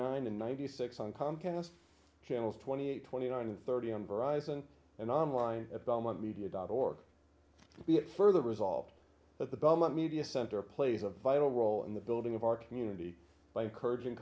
nine and ninety six on comcast channels twenty eight twenty nine thirty on verizon and online at belmont media dot org be it further resolved that the belmont media center plays a vital role in the building of our community by encourag